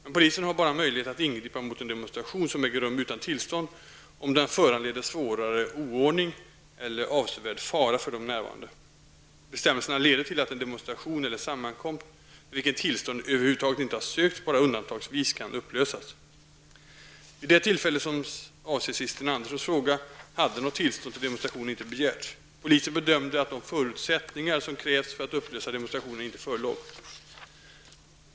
Men polisen har bara möjlighet att ingripa mot en demonstration som äger rum utan tillstånd om den föranleder svårare oordning eller avsevärd fara för de närvarande. Bestämmelserna leder till att en demonstration eller sammankomst, för vilken tillstånd över huvud taget inte har sökts, bara undantagsvis kan upplösas. Vid det tillfälle som avses i Sten Anderssons fråga hade något tillstånd till demonstrationen inte begärts. Polisen bedömde att de förutsättningar som krävs för att upplösa demonstrationen inte förelåg.